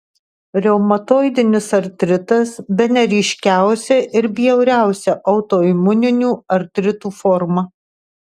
reumatoidinis artritas bene ryškiausia ir bjauriausia autoimuninių artritų forma